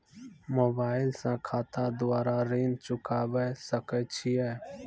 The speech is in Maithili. मोबाइल से खाता द्वारा ऋण चुकाबै सकय छियै?